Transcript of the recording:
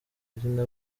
izina